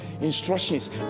instructions